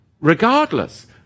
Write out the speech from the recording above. Regardless